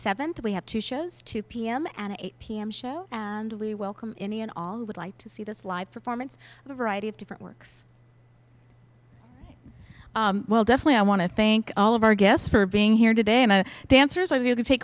seventh we have two shows two p m and eight p m show and we welcome any and all would like to see this live performance the variety of different works well definitely i want to thank all of our guests for being here today and dancers i've you can take